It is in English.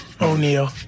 O'Neal